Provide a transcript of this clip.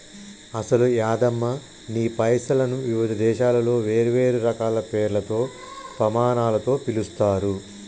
అసలు యాదమ్మ నీ పైసలను వివిధ దేశాలలో వేరువేరు రకాల పేర్లతో పమానాలతో పిలుస్తారు